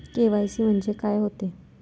KYC म्हंनजे का होते?